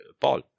Paul